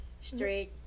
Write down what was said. Straight